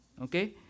Okay